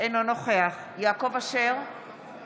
שהצעת החוק לתיקון פקודת הרופאים (רופא שהורשע